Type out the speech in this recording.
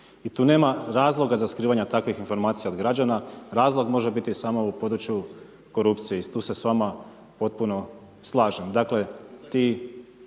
i tu nema razloga za skrivanje takvih informacija od građana, razlog može biti samo u području korupcije i tu se s vama potpuno slažem.